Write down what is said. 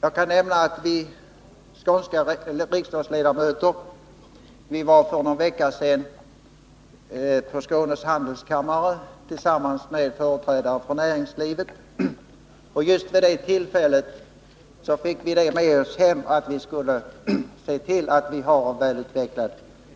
Jag kan nämna att vi skånska riksdagsledamöter för någon vecka sedan var på Skånes handelskammare tillsammans med företrädare för näringslivet, och vid det tillfället fick vi med oss hem att vi skulle se till att det finns en väl utvecklad